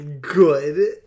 Good